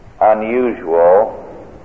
unusual